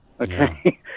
okay